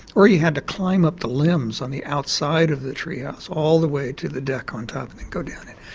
or you had to climb up the limbs on the outside of the tree house all the way to the deck on top and then go down it.